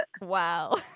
Wow